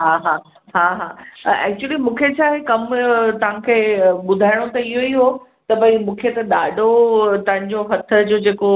हा हा हा हा एक्चुअली मूंखे छाहे कमु हुयो तव्हां खे ॿुधाइणो त इहो ई हो त भई मूंखे त ॾाढो तव्हां जो हथ जो जेको